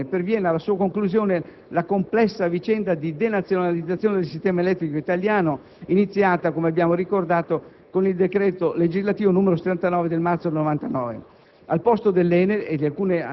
Con questa disposizione perviene alla sua conclusione la complessa vicenda di denazionalizzazione del sistema elettrico italiano, iniziata, come abbiamo ricordato, con il decreto legislativo n. 79 del marzo 1999.